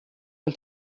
den